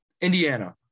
Indiana